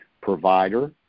provider